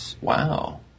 Wow